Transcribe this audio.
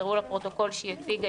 תחזרו לפרוטוקול שהיא הציגה,